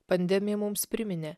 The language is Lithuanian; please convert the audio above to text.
pandemija mums priminė